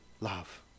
love